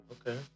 okay